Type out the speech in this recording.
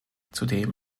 zudem